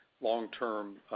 long-term